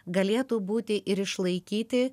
galėtų būti ir išlaikyti